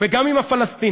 וגם עם הפלסטינים.